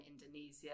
Indonesia